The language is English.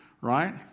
right